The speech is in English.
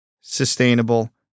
sustainable